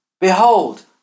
Behold